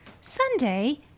sunday